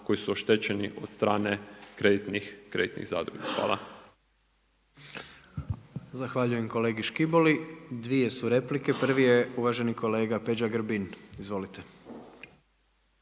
koji su oštećeni od strane kreditnih zadruga. Hvala.